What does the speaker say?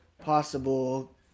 possible